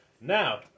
Now